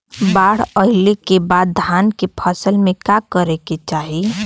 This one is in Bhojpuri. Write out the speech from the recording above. बाढ़ आइले के बाद धान के फसल में का करे के चाही?